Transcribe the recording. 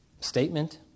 statement